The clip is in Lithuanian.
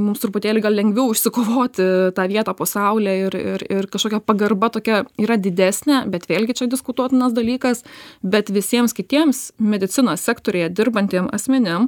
mums truputėlį gal lengviau išsikovoti tą vietą po saule ir ir ir kašokia pagarba tokia yra didesnė bet vėlgi čia diskutuotinas dalykas bet visiems kitiems medicinos sektoriuje dirbantiem asmenim